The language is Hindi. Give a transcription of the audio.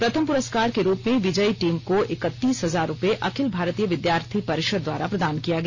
प्रथम पुरस्कार के रुप में विजयी टीम को इक्तीस हजार रूपये अखिल भारतीय विद्यार्थी परिषद् द्वारा प्रदान किया गया